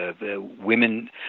Women